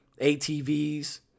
ATVs